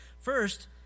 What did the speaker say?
First